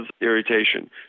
irritation